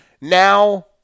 Now